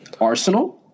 Arsenal